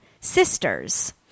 sisters